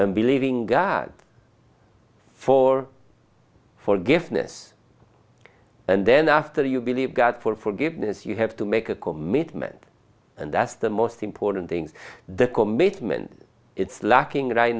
and believing god for forgiveness and then after you believe god for forgiveness you have to make a commitment and that's the most important things the commitment it's lacking right